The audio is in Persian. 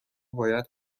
باید